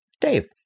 Dave